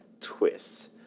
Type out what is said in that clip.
twist